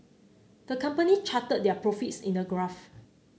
the company charted their profits in a graph